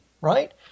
right